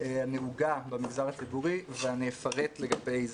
הנהוגה במגזר הציבורי, ואני אפרט לגבי זה.